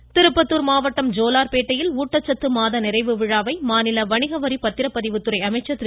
வீரமணி திருப்பத்தூர் மாவட்டம் ஜோலார்பேட்டையில் ஊட்டச்சத்து மாத நிறைவு விழாவை மாநில வணிகவரி பத்திரப்பதிவுத்துறை அமைச்சர் திரு